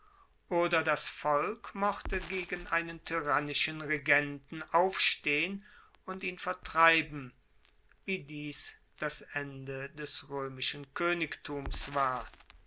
oder das volk mochte gegen einen tyrannischen regenten aufstehen und ihn vertreiben wie dies das ende des roemischen koenigtums war